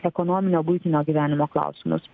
ekonominio buitinio gyvenimo klausimus